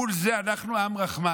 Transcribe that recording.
מול זה אנחנו עם רחמן.